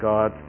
God